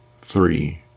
three